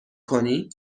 کنی